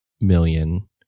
million